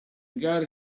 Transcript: gare